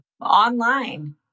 Online